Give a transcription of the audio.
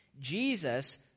Jesus